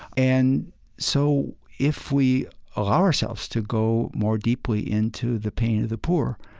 and so if we allow ourselves to go more deeply into the pain of the poor,